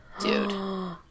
Dude